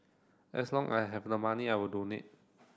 as long I have the money I will donate